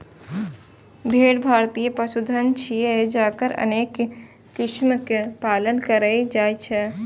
भेड़ भारतीय पशुधन छियै, जकर अनेक किस्मक पालन कैल जाइ छै